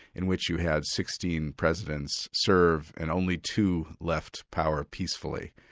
in which you had sixteen presidents serve and only two left power peacefully.